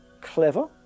Clever